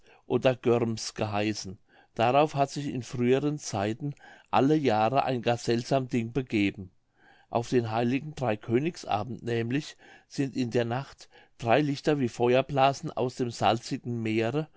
oder görms geheißen darauf hat sich in früheren zeiten alle jahre ein gar seltsam ding begeben auf den heiligen drei königs abend nämlich sind in der nacht drei lichter wie feuerblasen aus dem salzigen meere